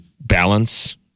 balance